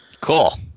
cool